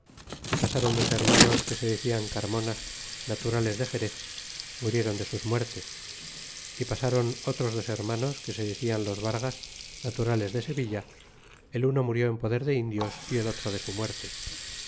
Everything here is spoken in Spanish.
y pasron dos hermanos que se decian carmonas naturales de xerez murieron de sus muertes y pasron otros dos hermanos que se decian los vargas naturales de sevilla el uno murió en poder de indios y el otro de su muerte